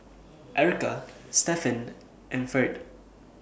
Erika Stefan and Ferd